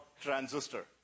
transistor